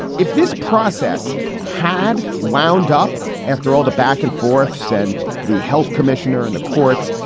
if this process had wound up after all the back and forth, said the health commissioner and the courts,